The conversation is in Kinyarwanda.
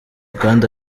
kandi